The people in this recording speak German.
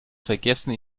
vergessen